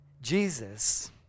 Jesus